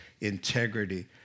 integrity